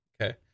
okay